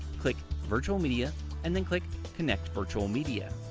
click virtual media and then click connect virtual media.